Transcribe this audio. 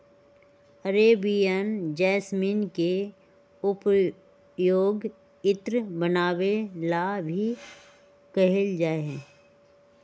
Arabian jasmine के पउपयोग इत्र बनावे ला भी कइल जाहई